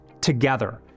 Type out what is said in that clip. Together